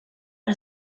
are